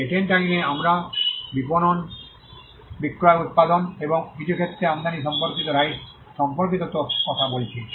patent আইনে আমরা বিপণন বিক্রয় উত্পাদন এবং কিছু ক্ষেত্রে আমদানি সম্পর্কিত রাইটস সম্পর্কিত কথা বলছি